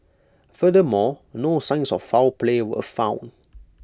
furthermore no signs of foul play were found